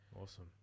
Awesome